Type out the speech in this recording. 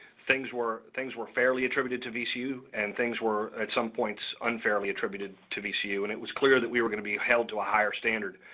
things were things were fairly attributed to vcu, and things were at some points unfairly attributed to vcu, and it was clear that we were gonna be held to a higher standard.